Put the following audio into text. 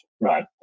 right